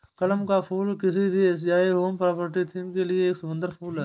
कमल का फूल किसी भी एशियाई होम पार्टी थीम के लिए एक सुंदर फुल है